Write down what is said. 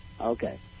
Okay